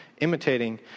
imitating